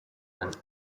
and